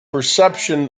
perception